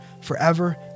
forever